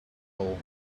all